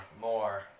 More